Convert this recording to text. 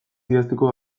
idazteko